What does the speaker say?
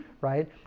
right